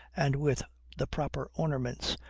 and with the proper ornaments,